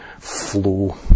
flow